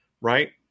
right